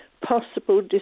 Possible